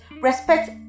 respect